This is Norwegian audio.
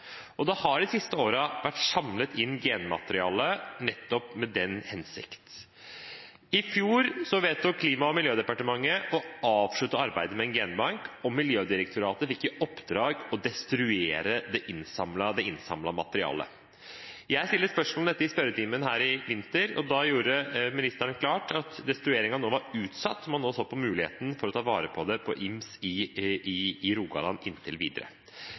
nettopp i den hensikt. I fjor vedtok Klima- og miljødepartementet å avslutte arbeidet med en genbank, og Miljødirektoratet fikk i oppdrag å destruere det innsamlede materialet. Jeg stilte spørsmål om dette i spørretimen i vinter, og da gjorde ministeren det klart at destrueringen nå var utsatt, og at man så på muligheten til å ta vare på det på Ims i Rogaland, inntil videre.